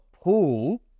pool